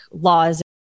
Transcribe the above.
laws